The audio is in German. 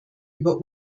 über